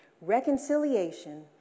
Reconciliation